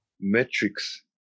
Metrics